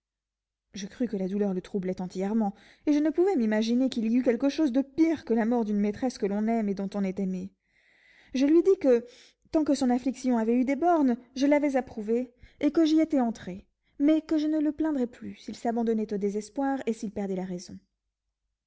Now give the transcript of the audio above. je crus que la douleur le troublait entièrement et je ne pouvais m'imaginer qu'il y eût quelque chose de pire que la mort d'une maîtresse que l'on aime et dont on est aimé je lui dis que tant que son affliction avait eu des bornes je l'avais approuvée et que j'y étais entré mais que je ne le plaindrais plus s'il s'abandonnait au désespoir et s'il perdait la raison